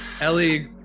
Ellie